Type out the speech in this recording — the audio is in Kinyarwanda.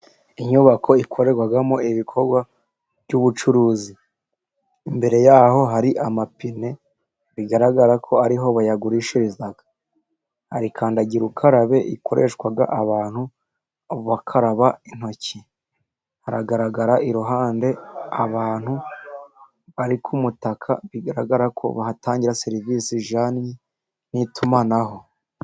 Inyubako ikorerwamo ibikorwa by'ubucuruzi. Imbere yaho hari amapine, bigaragara ko ariho bayagurishiriza. Hari kandagirukarabe ikoreshwa abantu bakaraba intoki. Haragaragara iruhande abantu bari ku mutaka, bigaragara ko bahatangira serivisi zijyanye n'itumanaho.